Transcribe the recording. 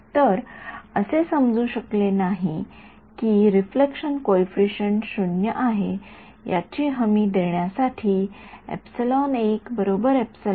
तर हे समजू शकले नाही की रिफ्लेक्शन कॉइफिसिएंट 0 आहे याची हमी देण्यासाठी हे पुरेसे आहे